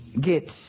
get